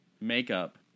makeup